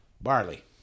Barley